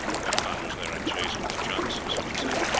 what fun was there in chasing the junks? simmons said.